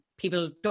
People